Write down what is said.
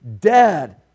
dead